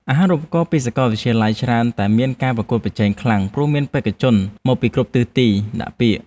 អាហារូបករណ៍ពីសាកលវិទ្យាល័យច្រើនតែមានការប្រកួតប្រជែងខ្លាំងព្រោះមានបេក្ខជនមកពីគ្រប់ទិសទីដាក់ពាក្យ។